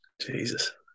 Jesus